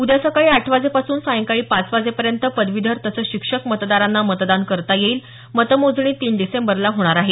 उद्या सकाळी आठ वाजेपासून सायंकाळी पाच वाजेपर्यंत पदवीधर तसंच शिक्षक मतदारांना मतदान करता येईल मतमोजणी तीन डिसेंबरला होणार आहे